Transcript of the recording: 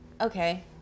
okay